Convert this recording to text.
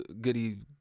goody